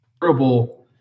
terrible